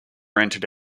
rented